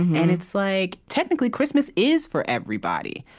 and it's like, technically, christmas is for everybody.